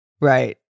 Right